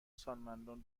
سالمندان